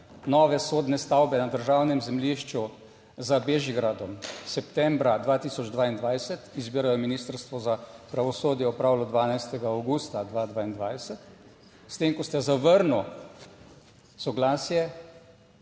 nove sodne stavbe na državnem zemljišču za Bežigradom septembra 2022, izbiro je Ministrstvo za pravosodje opravilo 12. avgusta 2022, s tem, ko ste zavrnil soglasje,